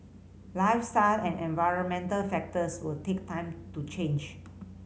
lifestyle and environmental factors will take time to change